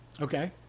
Okay